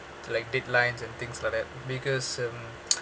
like deadlines and things like that because um